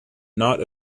not